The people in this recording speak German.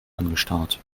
angestarrt